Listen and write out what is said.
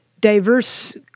diverse